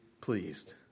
pleased